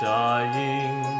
dying